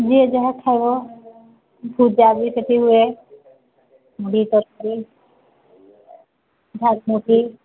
ଯିଏ ଯାହା ଖାଇବ ଭୁଜା ବି ସେଠି ହୁଏ ମୁଢ଼ି ତରକାରୀ ଝାଲ୍ ମୁଢ଼ି